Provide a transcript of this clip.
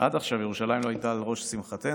עד עכשיו ירושלים לא הייתה על ראש שמחתנו,